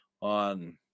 on